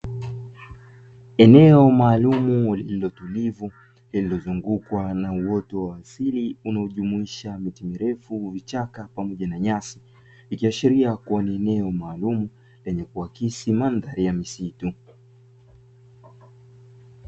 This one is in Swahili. Eneo maalumu lililo tulivu lililozungukwa na uoto wa asili unaojumuisha miti mirefu, vichaka pamoja na nyasi, ikiashiria kuwa ni eneo maalumu lenye kuakisi mandhari ya misitu.